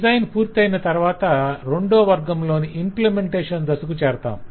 design పూర్తయిన తరవాత రెండో వర్గంలోని ఇంప్లిమెంటేషన్ దశకు చేరతాం